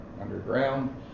underground